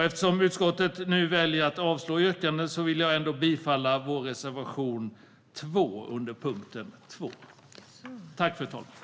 Eftersom utskottet väljer att avstyrka vårt yrkande vill jag yrka bifall till vår reservation nr 2 under punkt 2 i betänkandet.